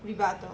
rebut